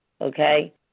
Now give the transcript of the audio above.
okay